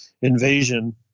invasion